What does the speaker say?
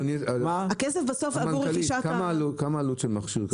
מה העלות של מכונה כזאת?